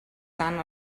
tant